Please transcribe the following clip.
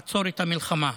לעצור את המלחמה.